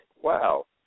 wow